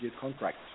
contract